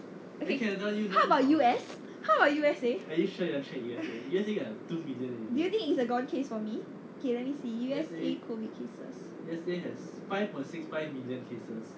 okay how about U_S how about U_S_A do you think it's a gone case for me okay let me see U_S_A COVID cases